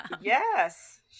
Yes